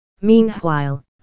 Meanwhile